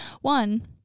One